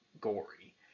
gory